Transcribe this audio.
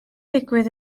digwydd